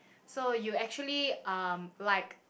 so you actually um like